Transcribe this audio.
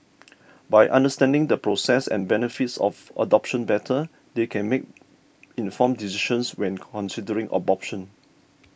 by understanding the process and benefits of adoption better they can make informed decisions when considering abortion